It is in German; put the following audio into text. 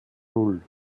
nan